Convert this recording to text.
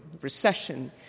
recession